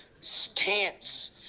stance